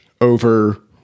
over